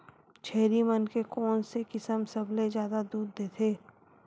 छेरी मन के कोन से किसम सबले जादा दूध देथे?